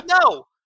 No